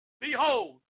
Behold